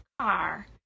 car